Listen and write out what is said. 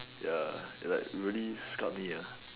ya like really scarred me ah